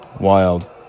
wild